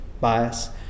bias